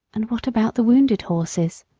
and what about the wounded horses?